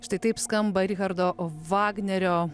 štai taip skamba richardo vagnerio